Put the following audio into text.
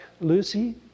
Lucy